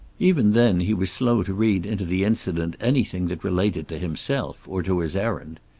even then he was slow to read into the incident anything that related to himself or to his errand.